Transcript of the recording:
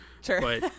Sure